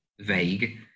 vague